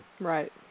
Right